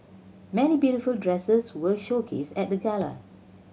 many beautiful dresses were showcased at the gala